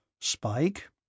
Spike